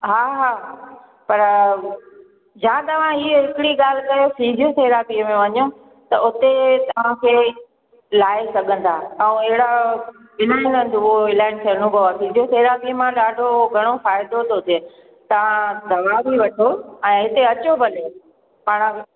हा हा पर जां तव्हां हीअ हिकिड़ी ॻाल्हि कयो फ़िजियो थेरेपीअ में वञो त उते तव्हांखे लाहे सघंदा ऐं अहिड़ा जिम दुव अहिड़ा इलाही सहिणो पवंदो ई फ़िजियो थेरेपीअ मां घणो फ़ाइदो थो थिए तव्हां दवा बि वठो ऐं इते अचो भले पाण खे